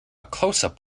closeup